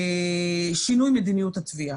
שינוי מדיניות התביעה,